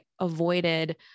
avoided